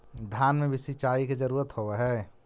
धान मे भी सिंचाई के जरूरत होब्हय?